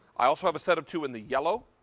i also have a set of two in the yellow.